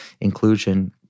inclusion